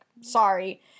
sorry